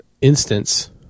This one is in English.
Instance